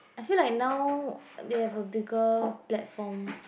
I feel like now they have a bigger platform